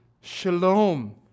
Shalom